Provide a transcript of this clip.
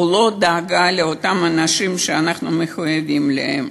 הוא לא דאגה לאותם אנשים שאנחנו מחויבים להם.